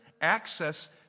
access